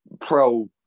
pro